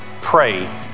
Pray